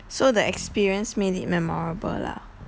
so the experience made it memorable lah